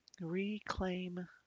Reclaim